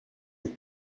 sept